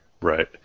Right